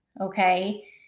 okay